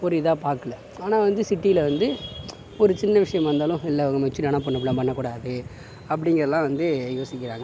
ஒரு இதாக பார்க்குல ஆனால் வந்து சிட்டியில் வந்து ஒரு சின்ன விஷயமா இருந்தாலும் இல்லை அவங்க மெச்சூரான பொண்ணு அப்புடில்லாம் பண்ணக் கூடாது அப்படிங்குறதுலாம் வந்து யோசிக்கிறாங்க